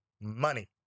money